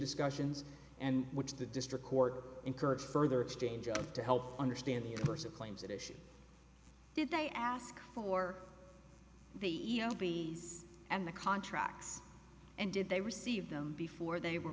discussions and which the district court encourage further exchange of to help understand the universe of claims that issues did they ask for the e o p and the contracts and did they receive them before they were